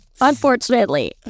Unfortunately